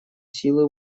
силы